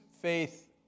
faith